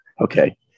Okay